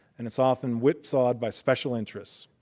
and it's often whipsawed by special interests.